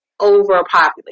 overpopulated